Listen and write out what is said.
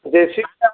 देसी बी हैन